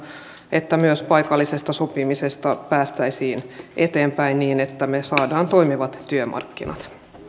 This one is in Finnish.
että myös paikallisessa sopimisessa päästäisiin eteenpäin niin että me saamme toimivat työmarkkinat